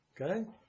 okay